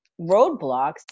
roadblocks